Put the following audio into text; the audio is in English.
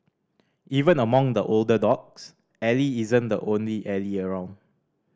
even among the older dogs Ally isn't the only Ally around